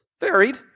varied